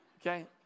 Okay